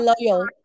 loyal